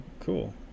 cool